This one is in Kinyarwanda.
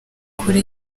kuri